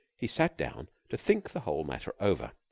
he sat down to think the whole matter over.